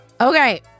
Okay